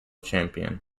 champion